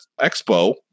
Expo